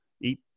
eat